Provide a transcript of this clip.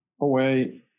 away